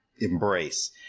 embrace